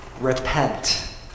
repent